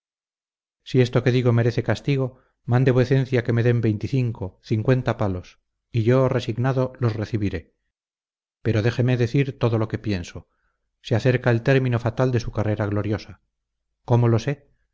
si esto que digo merece castigo mande vuecencia que me den veinticinco cincuenta palos y yo resignado los recibiré pero déjeme decir todo lo que pienso se acerca el término fatal de su carrera gloriosa cómo lo sé